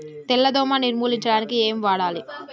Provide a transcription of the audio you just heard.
తెల్ల దోమ నిర్ములించడానికి ఏం వాడాలి?